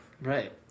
Right